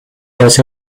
hace